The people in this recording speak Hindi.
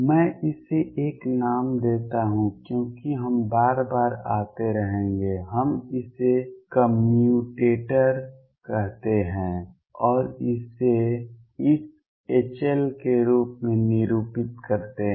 मैं इसे एक नाम देता हूं क्योंकि हम बार बार आते रहेंगे हम इसे कम्यूटेटर कहते हैं और इसे इस HL के रूप में निरूपित करते हैं